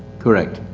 correct.